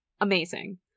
Amazing